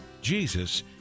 Jesus